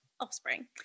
offspring